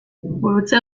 gurutze